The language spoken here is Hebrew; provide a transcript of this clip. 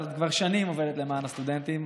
אבל את כבר שנים עובדת למען הסטודנטים.